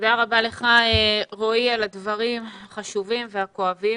תודה רבה רועי על הדברים החשובים והכואבים.